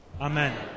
amen